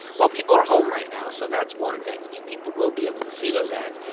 well, people are home right now, so that's one thing. i mean, people will be able to see those ads.